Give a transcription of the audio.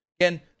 Again